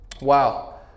Wow